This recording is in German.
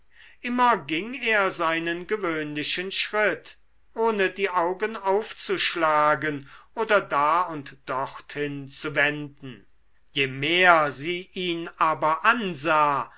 immer ging er seinen gewöhnlichen schritt ohne die augen aufzuschlagen oder da und dorthin zu wenden je mehr sie ihn aber ansah